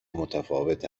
متفاوت